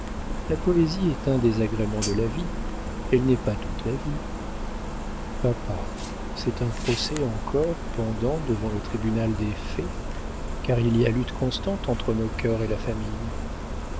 la poésie est un des agréments de la vie elle n'est pas toute la vie papa c'est un procès encore pendant devant le tribunal des faits car il y a lutte constante entre nos cœurs et la famille